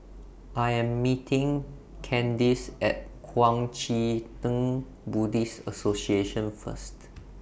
I Am meeting Candis At Kuang Chee Tng Buddhist Association First